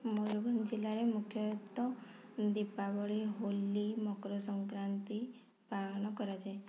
ମୟୂରଭଞ୍ଜ ଜିଲ୍ଲାରେ ମୁଖ୍ୟତଃ ଦୀପାବଳି ହୋଲି ମକରସଂକ୍ରାନ୍ତି ପାଳନ କରାଯାଏ